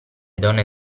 donne